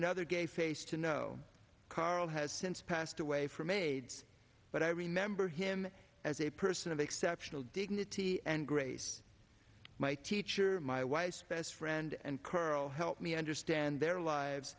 another gay face to know carl has since passed away from aids but i remember him as a person of exceptional dignity and grace my teacher my wife's best friend and curl helped me understand their lives